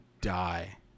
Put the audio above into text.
die